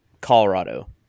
Colorado